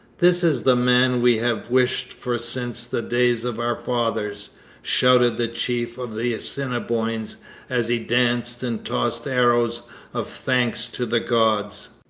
this is the man we have wished for since the days of our fathers shouted the chief of the assiniboines as he danced and tossed arrows of thanks to the gods.